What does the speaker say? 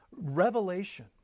revelation